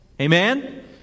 Amen